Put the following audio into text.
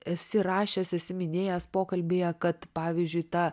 esi rašęs esi minėjęs pokalbyje kad pavyzdžiui ta